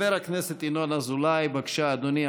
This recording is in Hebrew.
חבר הכנסת ינון אזולאי, בבקשה, אדוני.